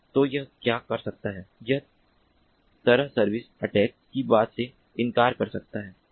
तो यह क्या कर सकता है यह तरह सर्विस अटेक की बात से इनकार कर सकता है